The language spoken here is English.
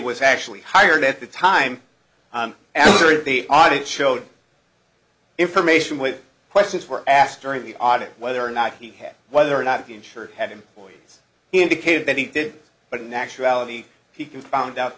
was actually hired at the time i answered the audit showed information which questions were asked during the audit whether or not he had whether or not the insurer had employees indicated that he did but in actuality he can found out